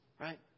right